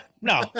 no